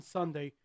Sunday